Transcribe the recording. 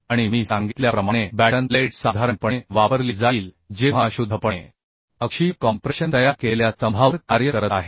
आणि मी सांगितल्याप्रमाणे बॅटन प्लेट साधारणपणे वापरली जाईल जेव्हा फक्त अक्षीय कॉमप्रेशन तयार केलेल्या स्तंभावर कार्य करत आहेत